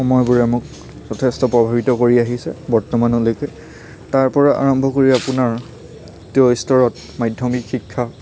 সময়বোৰে আমাক যথেষ্ট প্ৰভাৱিত কৰি আহিছে বৰ্তমানলৈকে তাৰ পৰা আৰম্ভ কৰি আপোনাৰ স্তৰত মাধ্যমিক শিক্ষা